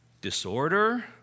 Disorder